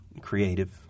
creative